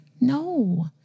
No